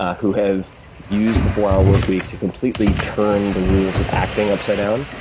who have used the four hour work week to completely turn the rules of acting upside down,